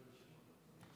שלוש דקות